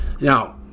Now